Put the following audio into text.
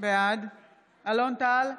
בעד אלון טל,